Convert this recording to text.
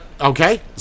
Okay